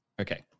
Okay